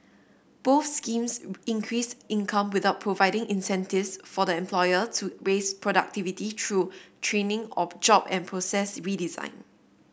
both schemes increased income without providing incentives for the employer to raise productivity through training or job and process redesign